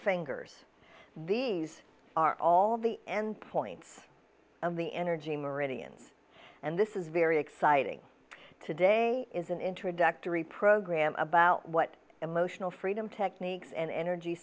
fingers these are all the endpoints of the energy meridians and this is very exciting today is an introductory program about what emotional freedom techniques and energy